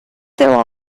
they’ll